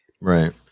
Right